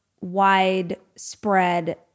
widespread